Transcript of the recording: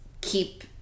keep